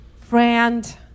friend